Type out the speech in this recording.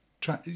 try